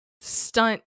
stunt